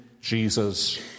Jesus